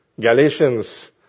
Galatians